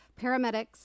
Paramedics